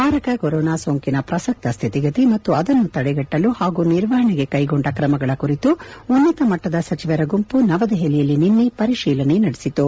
ಮಾರಕ ಕೊರೊನಾ ಸೋಂಕಿನ ಪ್ರಸಕ್ತ ಸ್ಥಿತಿಗತಿ ಮತ್ತು ಅದನ್ನು ತಡೆಗಟ್ಟಲು ಹಾಗೂ ನಿರ್ವಹಣೆಗೆ ಕ್ಲೆಗೊಂಡ ಕ್ರಮಗಳ ಕುರಿತು ಉನ್ನತ ಮಟ್ಲದ ಸಚಿವರ ಗುಂಪು ನವದೆಹಲಿಯಲ್ಲಿ ನಿನ್ನೆ ಪರಿಶೀಲನೆ ನಡೆಸಿತು